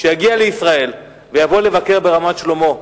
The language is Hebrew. שיגיע לישראל ויבוא לבקר ברמת-שלמה,